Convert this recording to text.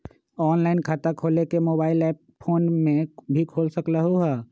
Online खाता खोले के मोबाइल ऐप फोन में भी खोल सकलहु ह?